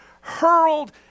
hurled